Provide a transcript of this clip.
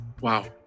Wow